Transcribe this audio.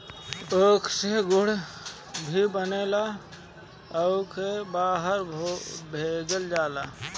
ऊख से गुड़ भी बनेला ओहुके बहरा भेजल जाला